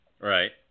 Right